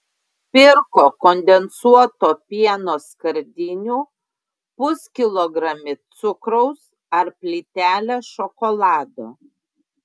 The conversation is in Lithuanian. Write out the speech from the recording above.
pirko kondensuoto pieno skardinių puskilogramį cukraus ar plytelę šokolado